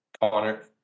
Connor